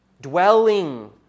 dwelling